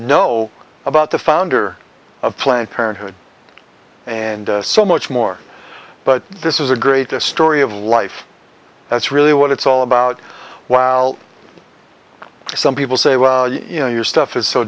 know about the founder of planned parenthood and so much more but this is a great a story of life that's really what it's all about while some people say well you know your stuff is so